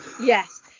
Yes